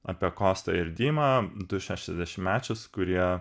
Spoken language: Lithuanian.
apie kostą ir dimą du šešiasdešimtmečius kurie